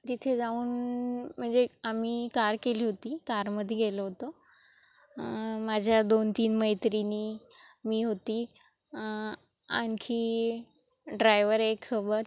तिथे जाऊन म्हणजे आम्ही कार केली होती कारमध्ये गेलो होतो माझ्या दोन तीन मैत्रिणी मी होती आणखी ड्रायवर एक सोबत